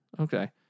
Okay